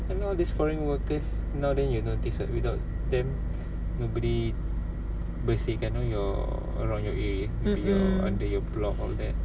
and all these foreign workers now then you notice that without them nobody bersihkan know your around your area under your block all that